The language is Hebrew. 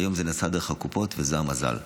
היום זה נעשה דרך הקופות, וזה המזל.